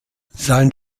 sein